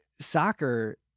Soccer